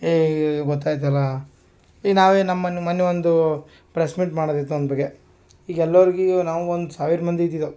ಏಯ್ ಗೊತ್ತಾಯ್ತಯಿಲ್ಲ ಈ ನಾವೇನು ನಮ್ಮನ್ನು ಮೊನ್ನೆ ಒಂದು ಪ್ರೆಸ್ ಮೀಟ್ ಮಾಡೋದಿತ್ತು ಅವ್ನ ಬಗ್ಗೆ ಈಗ ಎಲ್ಲರಿಗೆ ನಾವು ಒಂದು ಸಾವಿರ ಮಂದಿ ಇದ್ದಿದೇವ್